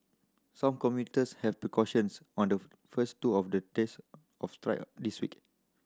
some commuters have took cautions on the first two of the days of strike on this week